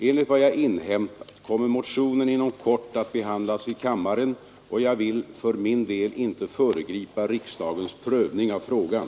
Enligt vad jag inhämtat kommer motionen inom kort att behandlas i kammaren, och jag vill för min del inte föregripa riksdagens prövning av frågan.